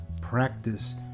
practice